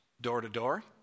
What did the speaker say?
door-to-door